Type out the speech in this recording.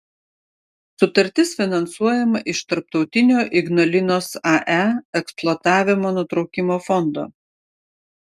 sutartis finansuojama iš tarptautinio ignalinos ae eksploatavimo nutraukimo fondo